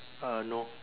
uh no